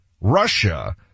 russia